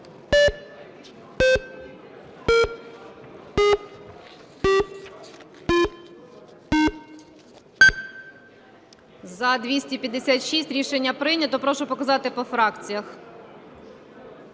За-256 Рішення прийнято. Прошу показати по фракціях.